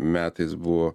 metais buvo